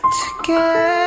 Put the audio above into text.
together